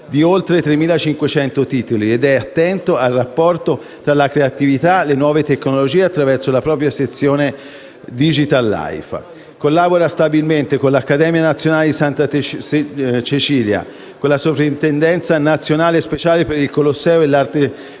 di oltre 3.500 titoli ed è attento al rapporto tra creatività e nuove tecnologie attraverso la propria sezione Digitalife. Collabora stabilmente con l'Accademia Nazionale di Santa Cecilia, la Soprintendenza Nazionale Speciale per il Colosseo e l'Area